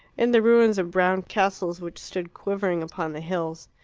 in the ruins of brown castles which stood quivering upon the hills.